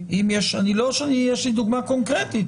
לא שיש לי דוגמה קונקרטית,